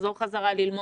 לחזור חזרה ללמוד,